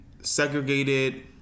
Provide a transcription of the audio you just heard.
segregated